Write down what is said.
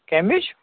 کَمِچ